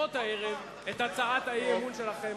לדחות הערב את הצעת האי-אמון שלכם.